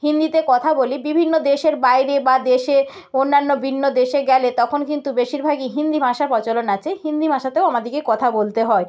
হিন্দিতে কথা বলি বিভিন্ন দেশের বাইরে বা দেশের অন্যান্য ভিন্ন দেশে গেলে তখন কিন্তু বেশিরভাগই হিন্দি ভাষা প্রচলন আছে হিন্দি ভাষাতেও আমাদেরকে কথা বলতে হয়